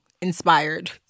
inspired